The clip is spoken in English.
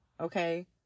okay